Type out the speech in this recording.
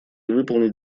выполнять